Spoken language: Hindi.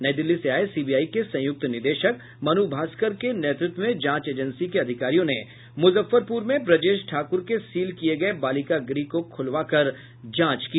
नई दिल्ली से आये सीबीआई के संयुक्त निदेशक मनु भास्कर के नेतृत्व में जांच एजेंसी के अधिकारियों ने मुजफ्फरपुर में ब्रजेश ठाकुर के सील किये गये बालिका गृह को खुलवाकर वहां जांच की